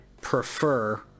prefer